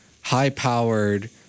high-powered